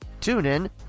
TuneIn